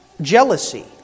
jealousy